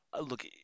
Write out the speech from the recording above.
look